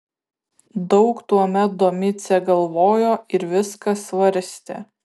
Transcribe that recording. daug tuomet domicė galvojo ir viską svarstė